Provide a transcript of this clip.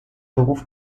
beruf